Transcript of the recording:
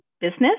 business